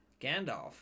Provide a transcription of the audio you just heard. Gandalf